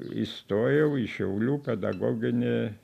įstojau į šiaulių pedagoginį